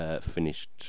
finished